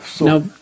Now